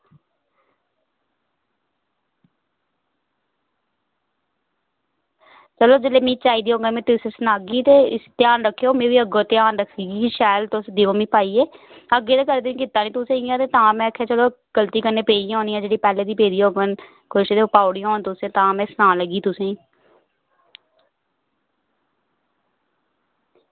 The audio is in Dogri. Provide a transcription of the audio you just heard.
चलो जेल्लै मिगी चाहिदी होग ते में तुसें ई सनाह्गी ते ध्यान रक्खेओ में बी अग्गें दा ध्यान रक्खगी शैल तुस देओ मिगी पाइयै अग्गें ते कदें कीता निं तुसें इ'यां तां में चलो गलती कन्नै पेई गेई होनियां जेह्ड़ियां पैह्लें दियां पेदियां होङन कुछ ते ओह् पाई ओड़ियां होन तुसें तां में सनान लग्गी तुसें ई